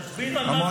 תסביר על מה אתה מדבר.